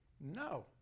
No